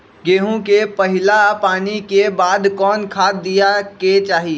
गेंहू में पहिला पानी के बाद कौन खाद दिया के चाही?